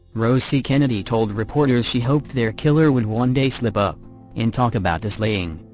rose c. kennedy told reporters she hoped their killer would one day slip up and talk about the slaying.